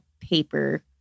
paper